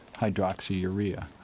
hydroxyurea